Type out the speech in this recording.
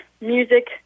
music